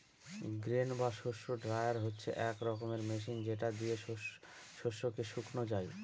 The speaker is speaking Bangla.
গ্রেন বা শস্য ড্রায়ার হচ্ছে এক রকমের মেশিন যেটা দিয়ে শস্যকে শুকানো যায়